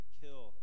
kill